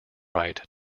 right